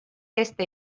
este